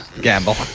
gamble